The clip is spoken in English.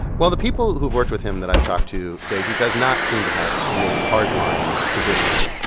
well, the people who've worked with him that i've talked to say he does not seem to have really hard-line positions.